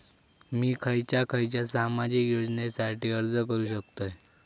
मी खयच्या खयच्या सामाजिक योजनेसाठी अर्ज करू शकतय?